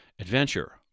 adventure